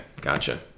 gotcha